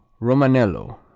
Romanello